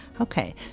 Okay